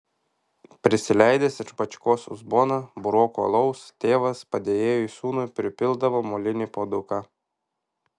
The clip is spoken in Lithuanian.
prisileidęs iš bačkos uzboną burokų alaus tėvas padėjėjui sūnui pripildavo molinį puoduką